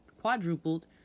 quadrupled